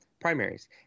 primaries